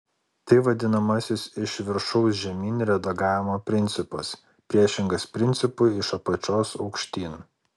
tai vadinamasis iš viršaus žemyn redagavimo principas priešingas principui iš apačios aukštyn